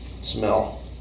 smell